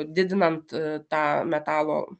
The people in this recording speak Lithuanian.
didinant tą metalo